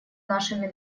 нашими